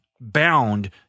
bound